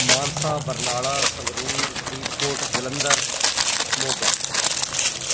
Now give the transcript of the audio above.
Mansa Barnala Sangrur Faridkot Jalandhar Moga